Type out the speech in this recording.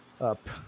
up